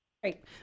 Great